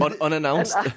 Unannounced